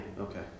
okay